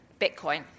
Bitcoin